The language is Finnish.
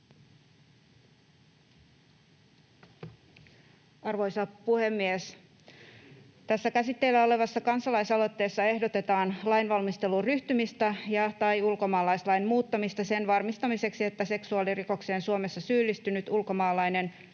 Arvoisa puhemies! Tässä käsitteillä olevassa kansalaisaloitteessa ehdotetaan lainvalmisteluun ryhtymistä ja/tai ulkomaalaislain muuttamista sen varmistamiseksi, että seksuaalirikokseen Suomessa syyllistynyt ulkomaalainen